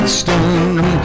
stone